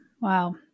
Wow